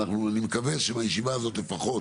אני מקווה שמהישיבה הזאת לפחות